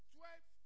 Twelve